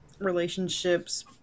relationships